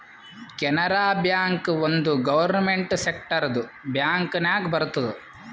Canara bank ಒಂದ್ government ಸೆಕ್ಟರ್ದು bank ನಾಗ್ ಬರ್ತುದ್